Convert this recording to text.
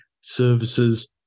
services